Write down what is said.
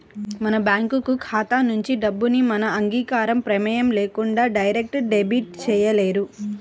మన బ్యేంకు ఖాతా నుంచి డబ్బుని మన అంగీకారం, ప్రమేయం లేకుండా డైరెక్ట్ డెబిట్ చేయలేరు